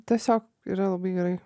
tiesiog yra labai gerai